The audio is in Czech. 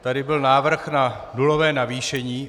Tady byl návrh na nulové navýšení.